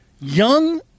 young